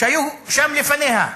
שהיו שם לפניה.